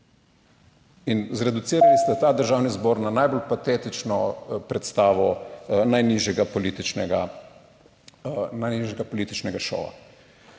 In zreducirali ste ta Državni zbor na najbolj patetično predstavo najnižjega političnega šova.